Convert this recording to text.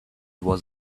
was